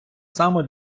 само